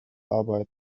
arbeit